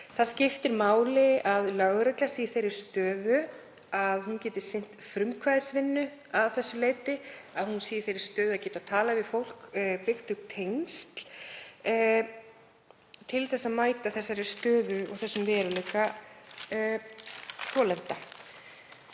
Það skiptir máli að lögreglan sé í þeirri stöðu að hún geti sinnt frumkvæðisvinnu að þessu leyti, að hún sé í þeirri stöðu að geta talað við fólk, byggt upp tengsl til að mæta stöðu og veruleika þolenda.